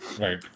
Right